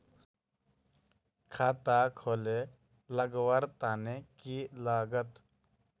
खाता खोले लगवार तने की लागत?